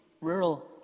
rural